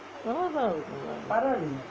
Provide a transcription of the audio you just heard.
நல்லா தான் இருக்கும்:nalla thaan irukkum